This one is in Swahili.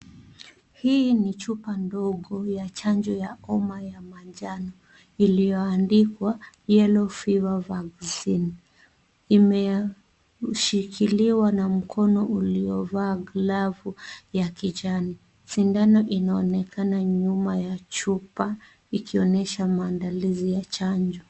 Hii ni chupa ndogo ya chanjo ya homa ya manjano iliyoandikwa [c]Yellow Fever Vaccine[c].Imeshikiliwa na mkono uliovaa glavu ya kijani. Sindano inaonekana nyuma ya chupa ikionyesha maandalizi ya chanjo.